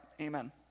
amen